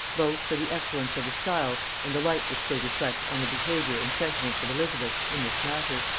both for the excellence of the style and the light which they reflect on the behaviour and sentiments of elizabeth in this matter.